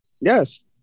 Yes